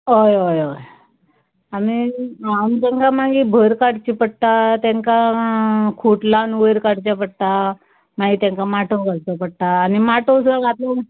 हय हय हय आनी आमी तेंकां मागीर भर काडची पडटा तेंकां खूट लावन वयर काडचें पडटा मागीर तेंकां माटोव घालचो पडटा आनी माटोव जो घातला